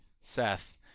Seth